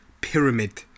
pyramid